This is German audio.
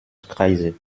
kreise